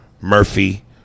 Murphy